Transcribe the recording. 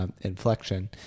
inflection